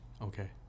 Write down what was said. Okay